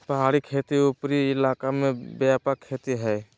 पहाड़ी खेती उपरी इलाका में व्यापक खेती हइ